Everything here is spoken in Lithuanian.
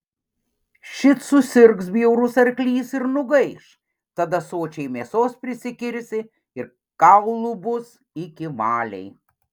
šit susirgs bajaus arklys ir nugaiš tada sočiai mėsos prisikirsi ir kaulų bus iki valiai